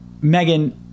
Megan